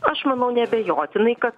aš manau neabejotinai kad